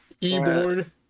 Keyboard